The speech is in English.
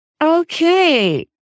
Okay